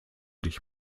dich